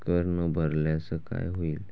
कर न भरल्यास काय होईल?